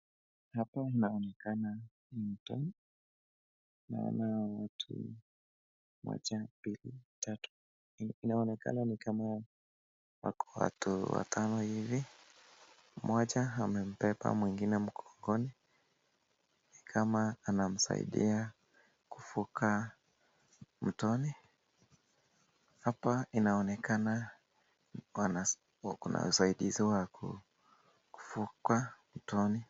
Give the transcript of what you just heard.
Hapa inaonekana ni mto. Naona watu moja, mbili, tatu. Inaonekana ni kama wako watu watano hivi. Mmoja amembeba mwingine mgongoni ni kama anamsaidia kuvuka mtoni. Hapa inaonekana wana kuna usaidizi wa kuvuka mtoni.